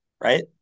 right